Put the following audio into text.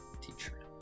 teacher